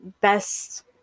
best